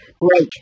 Great